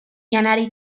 janari